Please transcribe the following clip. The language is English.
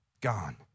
gone